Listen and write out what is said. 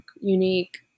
unique